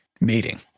meeting